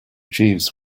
jeeves